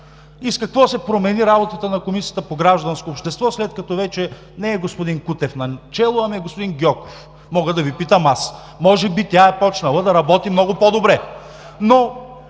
С какво се промени работата на Комисията по гражданско общество, след като вече начело не е господин Кутев, а е господин Гьоков? – мога да Ви питам аз. Може би тя е започнала да работи много по-добре?!